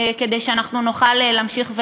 כדי שנוכל להמשיך ולעשות.